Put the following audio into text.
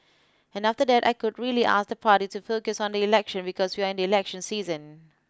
and after that I could really ask the party to focus on the election because we are in election season